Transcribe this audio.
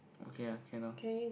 okay ah can lor